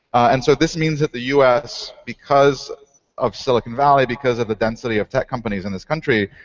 and so this means that the us, because of silicon valley, because of the density of tech companies in this country,